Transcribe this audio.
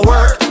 Work